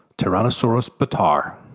tyrannosaurus bataar.